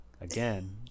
again